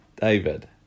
David